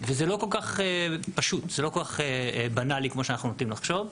וזה לא כל כך פשוט זה לא כל כך בנאלי כמו שאנחנו נוטים לחשוב.